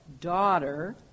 daughter